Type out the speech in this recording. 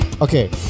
Okay